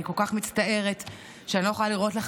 אני כל כך מצטערת שאני לא יכולה להראות